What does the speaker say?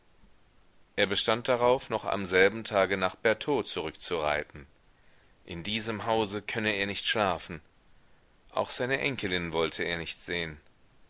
er bestand darauf noch am selben tage nach bertaux zurückzureiten in diesem hause könne er nicht schlafen auch seine enkelin wollte er nicht sehen